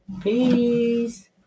Peace